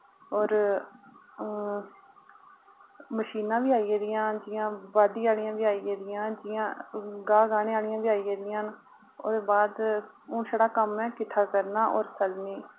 और मशीनां बी आई गेदियां न जि'यां बाह्ड्डी आह्लियां बी आई गेदियां न जियां गाह् गा'ह्ने आह्लियां बी आई गेदियां न ओह्दे बाद हुन छड़ा कम्म ऐ किट्ठा करना और स'लनी